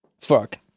Fuck